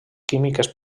químiques